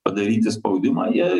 padaryti spaudimą jei